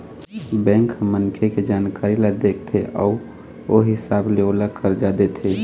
bank ह मनखे के जानकारी ल देखथे अउ ओ हिसाब ले ओला करजा देथे